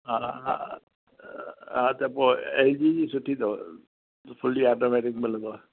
हा हा हा हा त पोइ एलजी बि सुठी अथव फुली ऑटोमेंटीक मिलंदव